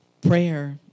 Prayer